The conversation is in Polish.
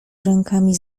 rękami